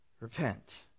repent